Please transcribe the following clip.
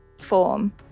form